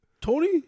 Tony